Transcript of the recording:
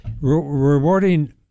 rewarding